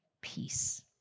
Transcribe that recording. peace